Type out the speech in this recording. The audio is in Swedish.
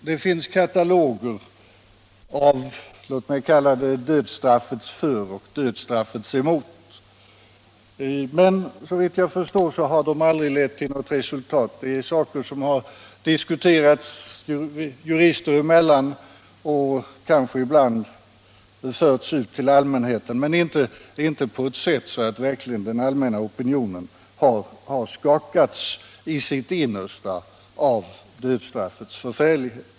Det finns kataloger av, låt mig kalla det dödsstraffets för och dödsstraffets emot, men såvitt jag förstår har de aldrig lett till något resultat. Det är saker som har diskuterats jurister emellan och kanske ibland förts ut till allmänheten, men inte på ett sådant sätt att den allmänna opinionen verkligen har skakats i sitt innersta av dödsstraffets förfärlighet.